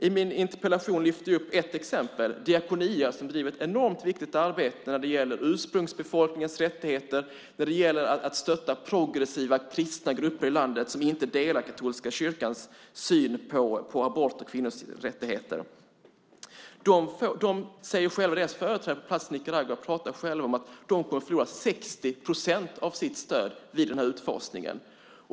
I min interpellation lyfter jag fram ett exempel, Diakonia, som driver ett enormt viktigt arbete när det gäller ursprungsbefolkningens rättigheter, när det gäller att stötta progressiva kristna grupper i landet som inte delar katolska kyrkans syn på abort och kvinnors rättigheter. Deras företrädare på plats i Nicaragua pratar själva om att de kommer att förlora 60 procent av sitt stöd vid den här utfasningen.